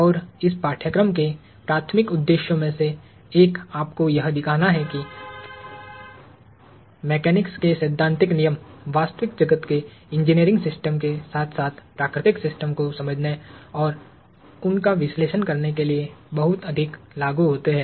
और इस पाठ्यक्रम के प्राथमिक उद्देश्यों में से एक आपको यह दिखाना है कि मेकेनिक्स के सैद्धांतिक नियम वास्तविक जगत के इंजीनियरिंग सिस्टम के साथ साथ प्राकृतिक सिस्टम को समझने और उनका विश्लेषण करने के लिए बहुत अधिक लागू होते हैं